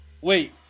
Wait